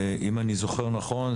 אם אני זוכר נכון,